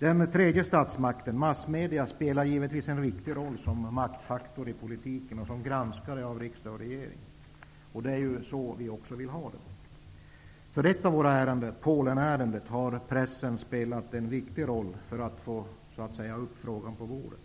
Den tredje statsmakten, massmedia, spelar givetvis en viktig roll som maktfaktor i politiken och som granskare av riksdag och regering. Det är så vi också vill ha det. För ett av våra ärenden, Polenärendet, har pressen spelat en viktig roll för att frågan skulle ''komma upp på bordet''.